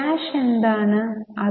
cash എന്ത് ആണ്